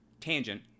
tangent